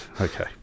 okay